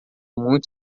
muito